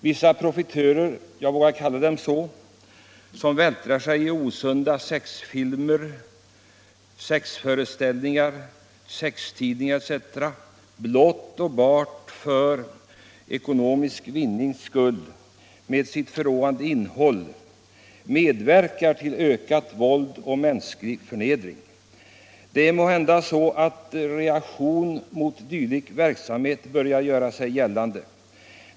Vissa profitörer — jag vågar kalla dem så — som vältrar sig i osunda sexfilmer, sexföreställningar, sextidningar etc. med förråande innehåll, blott och bart för ekonomisk vinnings skull, medverkar till ökat våld och mänsklig förnedring. Det är måhända så att en reaktion mot dylik verksamhet börjar göra sig gällande.